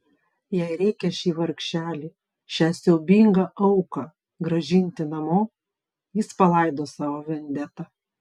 jei reikia šį vargšelį šią siaubingą auką grąžinti namo jis palaidos savo vendetą